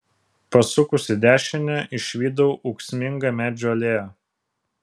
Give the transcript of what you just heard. pasukus į dešinę išvydau ūksmingą medžių alėją